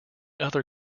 other